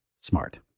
smart